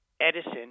Edison